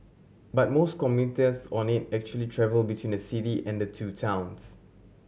but most commuters on it actually travel between the city and the two towns